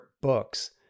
books